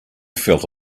felt